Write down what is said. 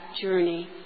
journey